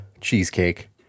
cheesecake